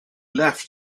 left